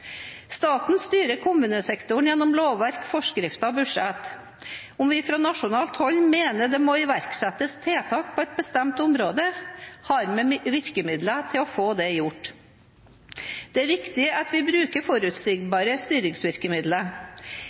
Staten styrer kommunesektoren gjennom lovverk, forskrifter og budsjett. Om vi fra nasjonalt hold mener det må iverksettes tiltak på et bestemt område, har vi virkemidler til å få det gjort. Det er viktig at vi bruker forutsigbare styringsvirkemidler.